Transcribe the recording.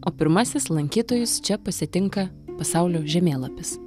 o pirmasis lankytojus čia pasitinka pasaulio žemėlapis